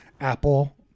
Apple